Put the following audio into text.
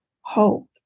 hope